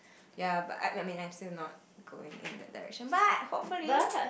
ya but I I mean I'm still not going in that direction but hopefully